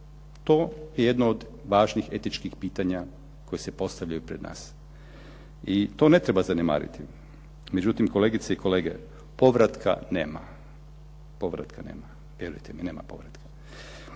To je jedno od važnih etičkih pitanja koje se postavljaju pred nas. I to ne treba zanemariti. Međutim, kolegice i kolege povratak nema. Povratka nema, vjerujte mi nema povratka.